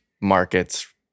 markets